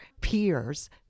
peers